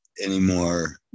anymore